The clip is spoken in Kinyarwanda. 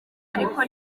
ariko